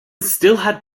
still